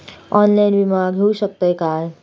Online विमा घेऊ शकतय का?